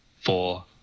four